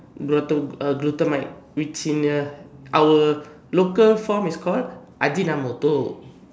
glutam uh glutamate which in the our local form is called ajinamoto